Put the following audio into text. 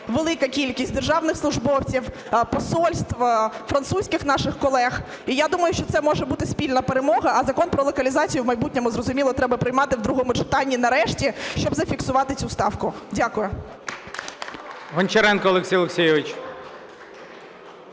велика кількість державних службовців, посольств, французьких наших колег і я думаю, що це може бути спільна перемога, а Закон про локалізацію в майбутньому, зрозуміло, треба приймати в другому читанні нарешті, щоб зафіксувати цю ставку. Дякую.